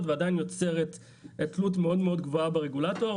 ועדיין יוצרת תלות מאוד גדולה ברגולטור,